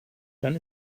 dann